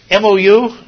MOU